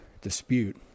dispute